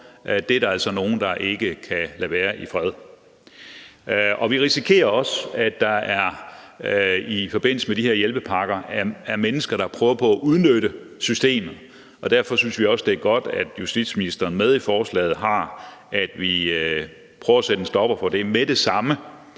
for, er der altså nogen, der ikke kan lade være i fred. Vi risikerer også, at der i forbindelse med de her hjælpepakker er mennesker, der prøver på at udnytte systemet, og derfor synes vi også, det er godt, at justitsministeren med i forslaget har, at vi prøver at sætte en stopper for det med det samme,